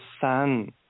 Sun